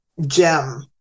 gem